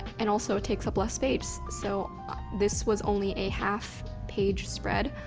and also, it takes up less space, so this was only a half page spread,